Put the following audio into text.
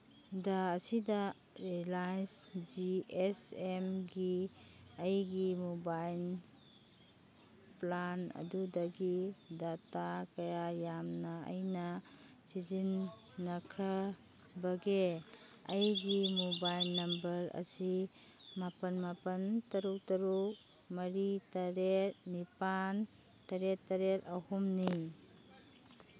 ꯗꯥ ꯑꯁꯤꯗ Reliance G S ꯑꯦꯝꯒꯤ ꯑꯩꯒꯤ ꯃꯣꯕꯥꯏꯜ ꯄ꯭ꯂꯥꯟ ꯑꯗꯨꯗꯒꯤ ꯗꯇꯥ ꯀꯌꯥ ꯌꯥꯝꯅ ꯑꯩꯅ ꯁꯤꯖꯤꯟꯅꯈ꯭ꯔꯕꯒꯦ ꯑꯩꯒꯤ ꯃꯣꯕꯥꯏꯜ ꯅꯝꯕꯔ ꯑꯁꯤ ꯃꯥꯄꯟ ꯃꯥꯄꯟ ꯇꯔꯨꯛ ꯇꯔꯨꯛ ꯃꯔꯤ ꯇꯔꯦꯠ ꯅꯤꯄꯥꯟ ꯇꯔꯦꯠ ꯇꯔꯦꯠ ꯑꯍꯨꯝꯅꯤ